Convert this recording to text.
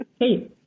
Hey